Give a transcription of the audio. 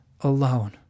alone